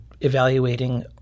evaluating